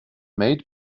made